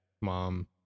mom